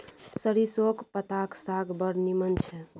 सरिसौंक पत्ताक साग बड़ नीमन छै